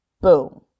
boom